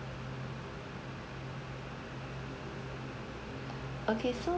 okay so